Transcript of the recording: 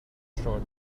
short